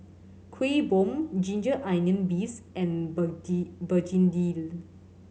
Kuih Bom ginger onion beefs and begedil